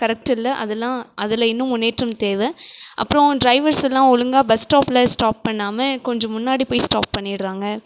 correct இல்லை அதெல்லாம் அதில் இன்னும் முன்னேற்றம் தேவை அப்றம் டிரைவர்ஸெல்லாம் ஒழுங்காக பஸ் ஸ்டாப்பில் ஸ்டாப் பண்ணாமல் கொஞ்சம் முன்னாடி போய் ஸ்டாப் பண்ணிடுறாங்க